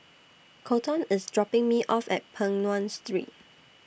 Kolton IS dropping Me off At Peng Nguan Street